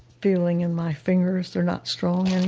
feeling in my fingers. they're not strong and